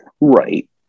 right